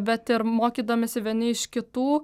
bet ir mokydamiesi vieni iš kitų